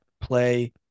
play